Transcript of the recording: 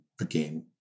again